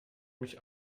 mich